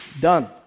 done